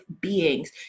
beings